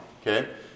Okay